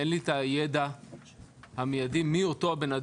אין לי את הידע המיידי לגבי מיהו אותו האדם.